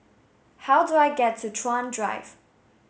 how do I get to Chuan Drive